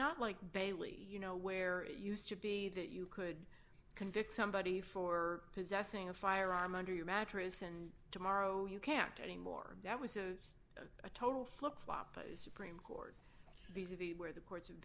not like bailey you know where it used to be that you could convict somebody for possessing a firearm under your mattress and tomorrow you can't anymore that was a total flip flop is these are the where the cour